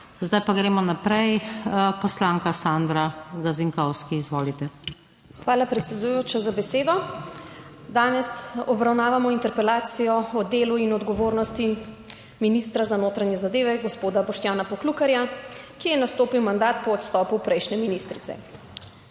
Zdaj pa gremo naprej. Poslanka Sandra Gazinkovsk, izvolite. **SANDRA GAZINKOVSKI (PS Svoboda):** Hvala predsedujoča za besedo. Danes obravnavamo interpelacijo o delu in odgovornosti ministra za notranje zadeve gospoda Boštjana Poklukarja, ki je nastopil mandat po odstopu prejšnje ministrice.